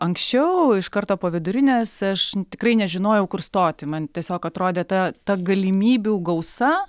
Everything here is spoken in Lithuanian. anksčiau iš karto po vidurinės aš tikrai nežinojau kur stoti man tiesiog atrodė ta ta galimybių gausa